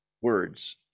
words